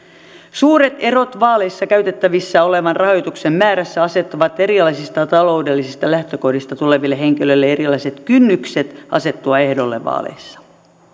suuret erot vaaleissa käytettävissä olevan rahoituksen määrässä asettavat erilaisista taloudellisista lähtökohdista tuleville henkilöille erilaiset kynnykset asettua ehdolle vaaleissa